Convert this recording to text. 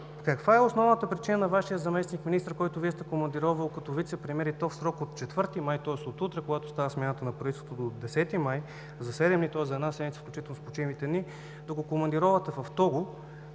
каква е основната причина Вашият заместник-министър, когото Вие сте командировали като вицепремиер – и то в срок от 4 май, тоест от утре, когато става смяната на правителството, до 10 май – за 7 дни, тоест за една седмица включително с почивните дни – в Того,